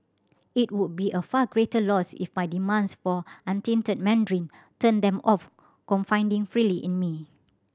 it would be a far greater loss if my demands for untainted Mandarin turned them off confiding freely in me